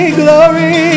glory